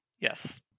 Yes